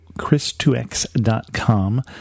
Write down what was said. Chris2x.com